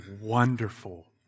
wonderful